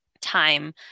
time